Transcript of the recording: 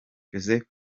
joseph